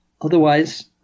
otherwise